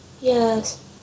yes